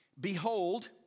Behold